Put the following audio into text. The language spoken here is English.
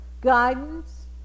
guidance